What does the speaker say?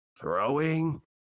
throwing